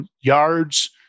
yards